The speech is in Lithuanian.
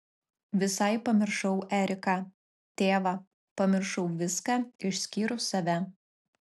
visai pamiršau eriką tėvą pamiršau viską išskyrus save